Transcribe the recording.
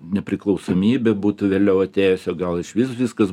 nepriklausomybė būtų vėliau atėjusio gal išvis viskas